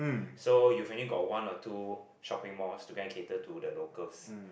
so you only got one or two shopping malls to gain cater to the locals